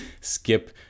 skip